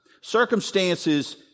Circumstances